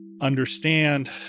understand